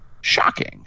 shocking